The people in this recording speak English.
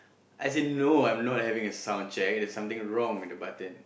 as in no I'm not having a sound check there's something wrong with the button